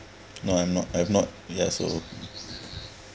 no I'm not I've not yes so